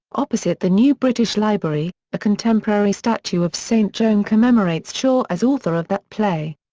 opposite the new british library, a contemporary statue of saint joan commemorates shaw as author of that play.